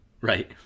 Right